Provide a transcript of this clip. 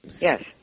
Yes